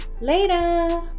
Later